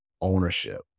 ownership